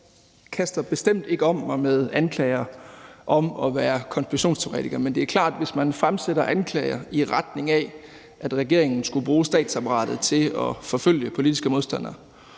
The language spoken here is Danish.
Jeg kaster bestemt ikke om mig med anklager om at være konspirationsteoretiker. Men det er klart, at hvis man fremsætter anklager i retning af, at regeringen skulle bruge statsapparatet til at forfølge politiske modstandere,